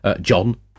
John